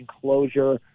closure